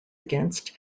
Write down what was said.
against